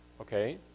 okay